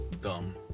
Dumb